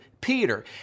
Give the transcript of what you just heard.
Peter